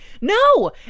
no